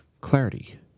clarity